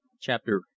Chapter